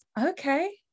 Okay